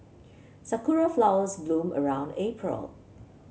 sakura flowers bloom around April